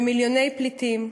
מיליוני פליטים,